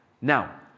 Now